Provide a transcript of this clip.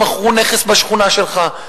שמכרו נכס בשכונה שלך,